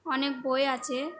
অনেক বই আছে